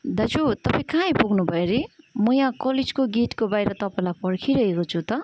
दाजु तपाईँ कहाँ आइपुग्नु भयो अरे म यहाँ कलेजको गेटको बाहिर तपाईँलाई पर्खिरहेको छु त